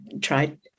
tried